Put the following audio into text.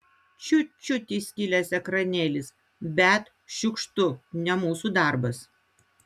čiut čiut įskilęs ekranėlis bet šiukštu ne mūsų darbas